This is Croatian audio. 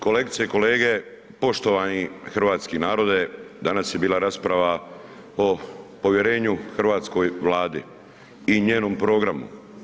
Kolegice i kolege, poštovani hrvatski narode, danas je bila rasprava o povjerenju hrvatskoj Vladi i njenom programu.